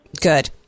Good